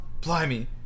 blimey